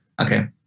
Okay